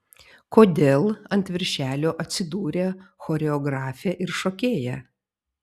kodėl ant viršelio atsidūrė choreografė ir šokėja